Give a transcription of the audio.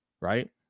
right